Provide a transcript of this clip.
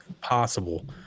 possible